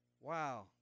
Wow